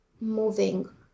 moving